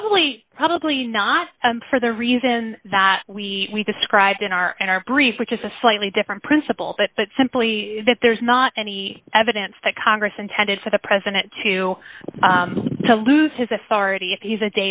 probably probably not for the reason that we described in our in our brief which is a slightly different principle but but simply that there's not any evidence that congress intended for the president to to lose his authority if he's a